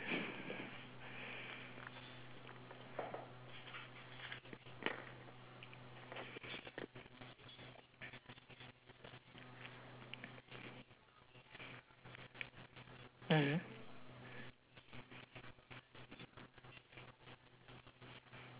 mm